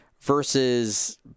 versus